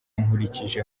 nkurikije